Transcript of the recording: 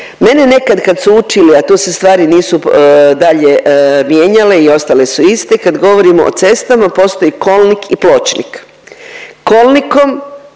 Mene nekad kad su učili, a tu se stvari nisu dalje mijenjale i ostale su iste, kad govorimo o cestama postoji kolnik i pločnik. Kolnikom